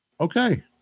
Okay